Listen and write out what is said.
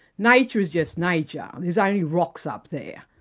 nature is just nature, there's only rocks up there.